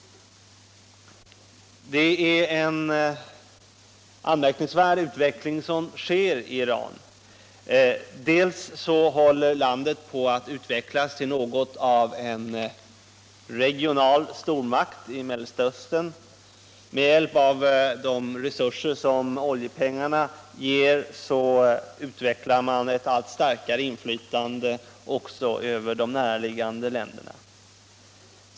Det är en anmärkningsvärd utveckling som sker i Iran. Landet håller på att bli något av en regional stormakt i Mellersta Östern. Med hjälp av de resurser som oljepengarna ger utvecklas ett allt starkare inflytande över de närliggande länderna.